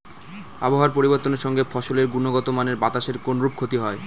আবহাওয়ার পরিবর্তনের সঙ্গে ফসলের গুণগতমানের বাতাসের কোনরূপ ক্ষতি হয়?